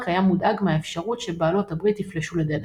- היה מודאג מהאפשרות שבעלות הברית יפלשו לדנמרק.